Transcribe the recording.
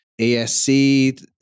ASC